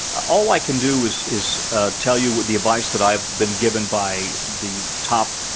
all i can do is is ah tell you the advice that i've been given by the top,